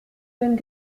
den